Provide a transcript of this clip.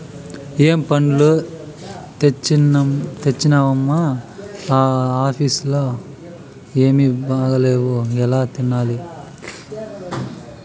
ఏం పండ్లు తెచ్చినవమ్మ, ఆ ఆప్పీల్లు ఏమీ బాగాలేవు ఎలా తినాలి